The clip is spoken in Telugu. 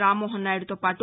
రామ్మోహన్ నాయుడుతో పాటు